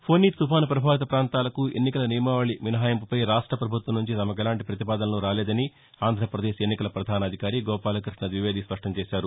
ఫొని తుపాను ప్రభావిత ప్రాంతాలకు ఎన్నికల నియమావళి మినహాయింపుపై రాష్ట ప్రభుత్వం నుంచి తమకెలాంటి పతిపాదనలూ రాలేదని ఆంధ్రప్రదేశ్ ఎన్నికల పధాన అధికారి గోపాలకృష్ణ ద్వివేది స్పష్ణం చేశారు